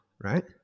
Right